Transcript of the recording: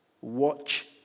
Watch